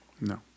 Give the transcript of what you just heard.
No